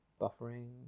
Buffering